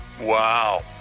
Wow